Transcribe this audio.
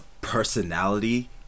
personality